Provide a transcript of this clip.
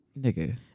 nigga